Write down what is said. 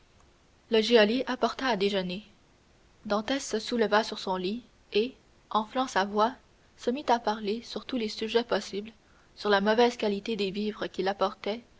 le geôlier apportait à déjeuner dantès se souleva sur son lit et enflant sa voix se mit à parler sur tous les sujets possibles sur la mauvaise qualité des vivres qu'il apportait